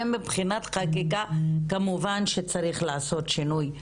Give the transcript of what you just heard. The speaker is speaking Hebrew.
ומבחינת חקיקה כמובן שצריך לעשות שינוי בחקיקה.